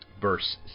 Verse